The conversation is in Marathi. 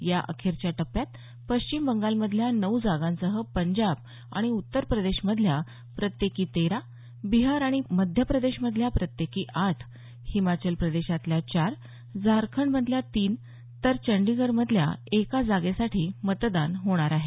या अखेरच्या टप्प्यात पश्चिम बंगालमधल्या नऊ जागांसह पंजाब आणि उत्तर प्रदेशातल्या प्रत्येकी तेरा बिहार आणि मध्य प्रदेशमधल्या प्रत्येकी आठ हिमाचल प्रदेशातल्या चार झारखंडमधल्या तीन आणि चंदीगढमधल्या एका जागेवर मतदान होणार आहे